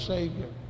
Savior